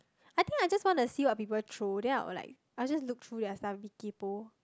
I think I just want to see what people throw then I would like I would just look through their stuff and be kay-poh